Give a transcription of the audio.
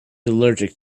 allergic